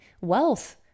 wealth